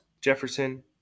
Jefferson